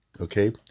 okay